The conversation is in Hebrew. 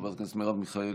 חברת הכנסת מרב מיכאלי,